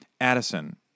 Addison